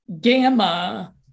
gamma